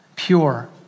pure